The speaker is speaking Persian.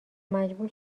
مجبور